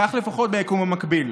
כך לפחות ביקום המקביל.